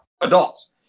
adults